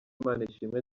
manishimwe